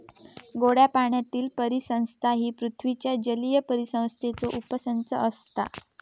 गोड्या पाण्यातीली परिसंस्था ही पृथ्वीच्या जलीय परिसंस्थेचो उपसंच असता